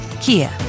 Kia